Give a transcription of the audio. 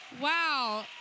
Wow